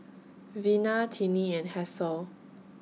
Vina Tinnie and Hasel